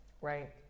Right